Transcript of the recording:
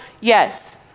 yes